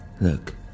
Look